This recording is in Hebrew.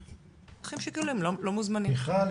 אחים שכולים לא מוזמנים.